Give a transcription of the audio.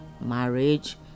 marriage